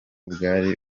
bwari